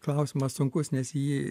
klausimas sunkus nes jį